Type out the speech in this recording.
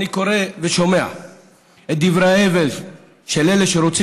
אני קורא ושומע את דברי ההבל של אלה שרוצים